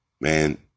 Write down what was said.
man